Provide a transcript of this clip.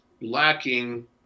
lacking